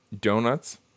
Donuts